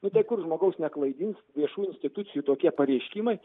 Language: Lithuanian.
nu tai kur žmogaus neklaidins viešųjų institucijų tokie pareiškimai